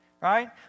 Right